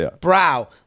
Brow